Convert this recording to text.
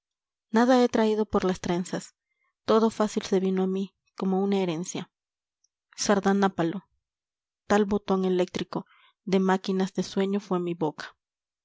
nada he traído por las trenzas todo fácil se vino a mí como una herencia sardanápalo tal botón eléctrico de máquinas de sueño fué mi boca